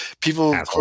people